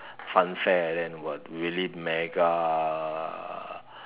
fun fair like that know what really mega